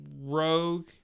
Rogue